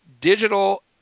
digital